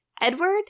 Edward